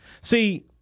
see